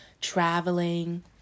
traveling